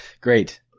Great